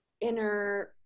inner